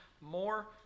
more